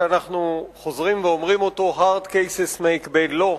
שאנחנו חוזרים ואומרים אותו: Hard cases make bad law,